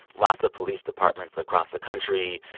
lots of police departments across the country,